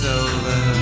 over